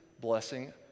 blessing